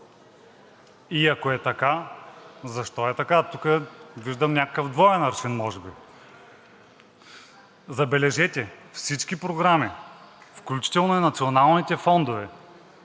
И ако е така, защо е така? Тук виждам някакъв двоен аршин може би. Забележете, всички програми, включително и националните фондове,